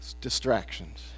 distractions